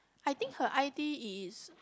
I think her I_T is